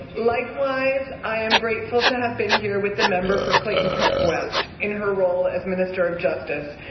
likewise, i am grateful to have been here with the member for clayton park west in her role as minister of justice.